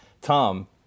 Tom